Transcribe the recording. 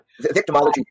Victimology